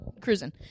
cruising